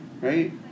right